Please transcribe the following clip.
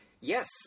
Yes